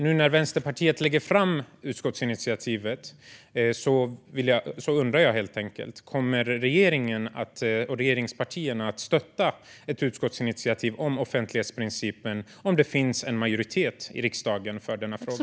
Nu när Vänsterpartiet lägger fram utskottsinitiativet undrar jag: Kommer regeringen och regeringspartierna att stötta ett utskottsinitiativ om offentlighetsprincipen om det finns en majoritet i riksdagen i denna fråga?